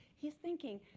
he's thinking